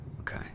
Okay